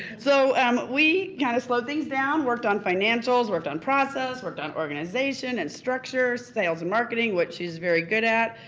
so um we kind of slowed things down, worked on financials, worked on process, worked on organization and structure, sales and marketing, which she's very good at.